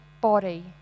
body